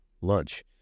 lunch